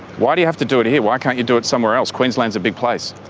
why do you have to do it here, why can't you do it somewhere else? queensland's a big place.